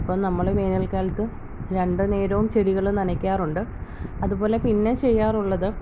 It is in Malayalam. അപ്പോൾ നമ്മൾ വേനൽകാലത്ത് രണ്ട് നേരവും ചെടികൾ നനയ്ക്കാറുണ്ട് അതുപോലെ പിന്നെ ചെയ്യാറുള്ളത്